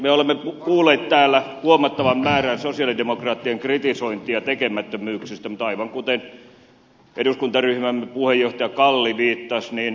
me olemme kuulleet täällä huomattavan määrän sosialidemokraattien kritisointia tekemättömyyksistä mutta aivan kuten eduskuntaryhmämme puheenjohtaja kalli viittasi ed